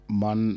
man